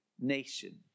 nation